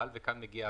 אבל וכאן מגיעה